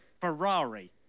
Ferrari